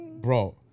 Bro